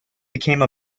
became